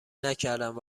نکردند